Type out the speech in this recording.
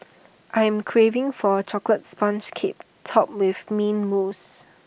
I am craving for A Chocolate Sponge Cake Topped with Mint Mousse